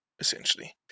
Essentially